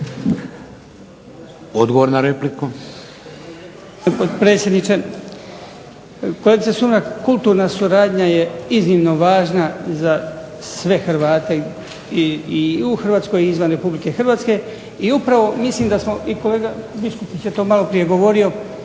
Odgovor na repliku.